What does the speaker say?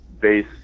base